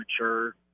mature